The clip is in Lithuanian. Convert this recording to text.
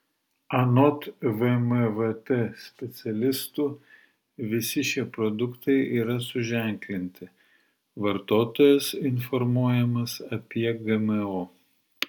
anot vmvt specialistų visi šie produktai yra suženklinti vartotojas informuojamas apie gmo